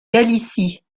galicie